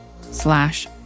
slash